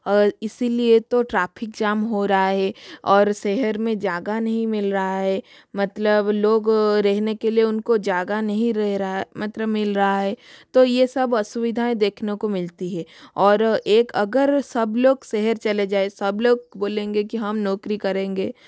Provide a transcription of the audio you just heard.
और इसी लिए तो ट्राफिक जाम हो रहा है और शहर में जगह नहीं मिल रही है मतलब लोग रहने के लिए उनको जगह नहीं रह रहा है मतलब मिल रहा है तो ये सब असुविधाएँ देखने को मिलती है और एक अगर सब लोग शहर चले जाए सब लोग बोलेंगे कि हम नौकरी करेंगे